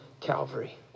Calvary